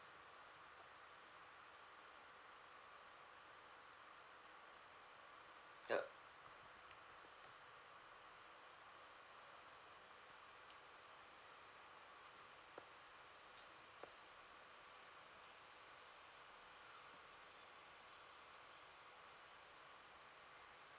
yup